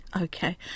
Okay